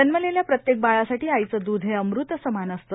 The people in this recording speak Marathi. जन्मलेल्या प्रत्येक बाळासाठी आईचे द्रध हे अमृत समान असते